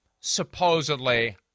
supposedly